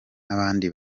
n’abandi